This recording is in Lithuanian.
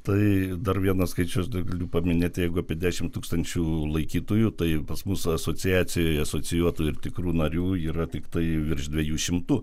tai dar vienas skaičius dar galiu paminėti jeigu apie dešimt tūkstančių laikytojų tai pas mus asociacijoje asocijuotų ir tikrų narių yra tiktai virš dviejų šimtų